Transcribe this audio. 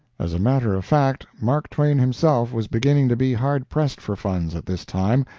as a matter of fact, mark twain himself was beginning to be hard pressed for funds at this time,